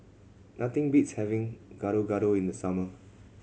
nothing beats having Gado Gado in the summer